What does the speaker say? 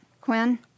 Quinn